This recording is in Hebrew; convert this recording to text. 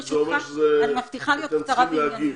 ברשותך אני מבטיחה להיות קצרה ועניינית.